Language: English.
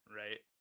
right